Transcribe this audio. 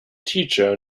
teacher